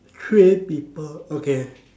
three people okay